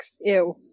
ew